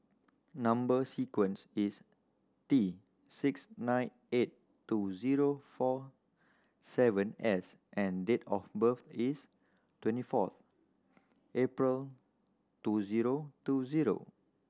number sequence is T six nine eight two zero four seven S and date of birth is twenty four April two zero two zero